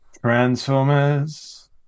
Transformers